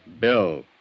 Bill